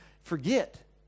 forget